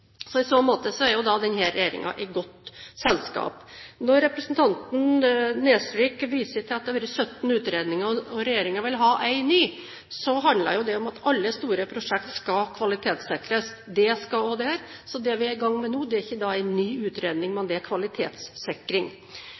i den regjeringsperioden. Så i så måte er denne regjeringen i godt selskap. Når representanten Nesvik viser til at det har vært 17 utredninger, og at regjeringen vil ha en ny, handler jo det om at alle store prosjekt skal kvalitetssikres. Det skal også dette, så det vi er i gang med nå, er ikke en ny utredning, men en kvalitetssikring. Jeg er